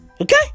Okay